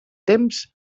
temps